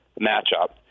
matchup